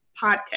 podcast